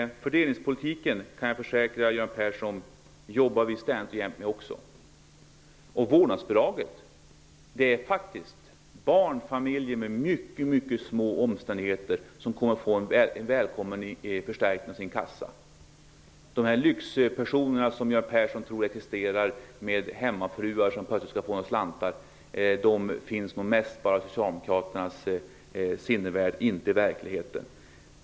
Fördelningspolitiken jobbar vi ständigt med; det kan jag försäkra Göran Persson. Vad gäller vårdnadsbidraget är det faktiskt barnfamiljer med mycket små omständigheter som kommer att få en välkommen förstärkning av sin kassa. De lyxhemmafruar som Göran Persson tror existerar, och som plötsligt skall få några slantar, finns nog mest i socialdemokraternas sinnevärld, inte i verkligheten.